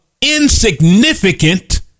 insignificant